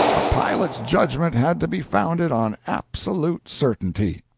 a pilot's judgment had to be founded on absolute certainty.